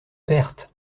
perte